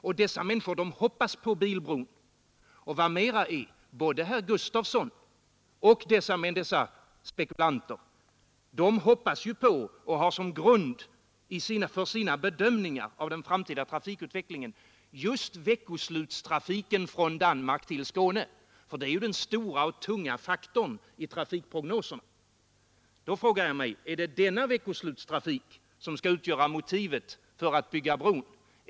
Dessa människor hoppas på bilbron. Och vad mera är: både herr Gustafson och dessa spekulanter hoppas ju på och har som grund för sina bedömningar av den framtida trafikutvecklingen just veckoslutstrafiken från Danmark till Skåne. Det är ju den stora och tunga faktorn i trafikprognoserna. Är det denna veckoslutstrafik som skall utgöra motivet för att bygga bron?